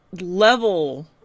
level